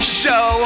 show